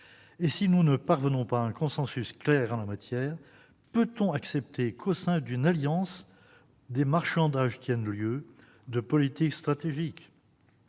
Si nous ne parvenons pas à un consensus clair en la matière, pouvons-nous accepter que, au sein d'une alliance, des marchandages tiennent lieu de politique stratégique ?